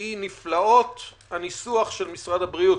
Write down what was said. שהיא נפלאות הניסוח של משרד הבריאות,